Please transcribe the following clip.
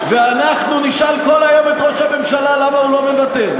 ואנחנו נשאל כל היום את ראש הממשלה למה הוא לא מוותר,